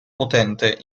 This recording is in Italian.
potente